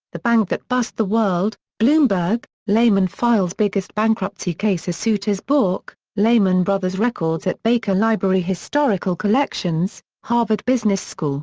the bank that bust the world bloomberg lehman files biggest bankruptcy case as suitors balk lehman brothers records at baker library historical collections, harvard business school